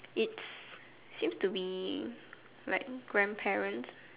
it's seems to be like grandparents